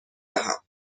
دهم